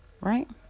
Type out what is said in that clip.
Right